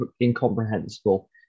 incomprehensible